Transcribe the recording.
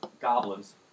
goblins